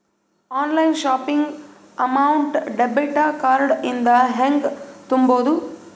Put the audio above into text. Online shopping amount debit card ಇಂದ ಹೆಂಗ್ ತುಂಬೊದು?